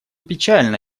печально